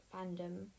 fandom